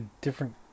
different